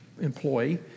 employee